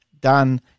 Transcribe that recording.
Done